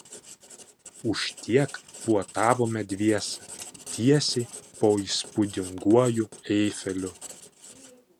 už tiek puotavome dviese tiesiai po įspūdinguoju eifeliu